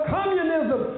Communism